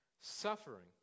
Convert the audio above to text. suffering